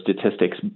statistics